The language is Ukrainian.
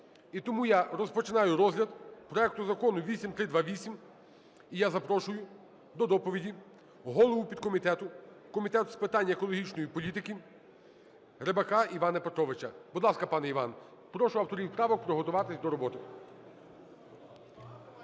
І тому я розпочинаю розгляд проекту Закону 8328. І я запрошую до доповіді голову підкомітету Комітету з питань екологічної політики Рибака Івана Петровича. Будь ласка, пане Іван. Прошу авторів правок приготуватись до роботи.